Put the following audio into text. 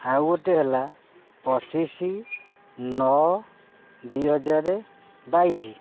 ଆଉ ଗୋଟେ ହେଲା ପଚିଶ ନଅ ଦୁଇ ହଜାର ବାଇଶ